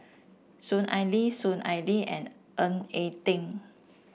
Soon Ai Ling Soon Ai Ling and Ng Eng Teng